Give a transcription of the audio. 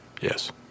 Yes